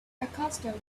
accustomed